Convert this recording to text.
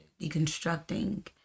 deconstructing